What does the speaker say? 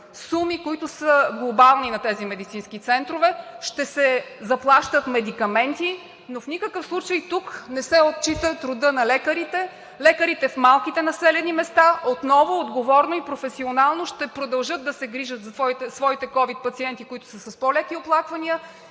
суми, които са глобални за тези медицински центрове, ще се заплащат медикаменти, но тук в никакъв случай не се отчита труда на лекарите. Лекарите в малките населени места отново отговорно и професионално ще продължат да се грижат за своите ковид пациенти, които са с по-леки оплаквания.